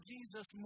Jesus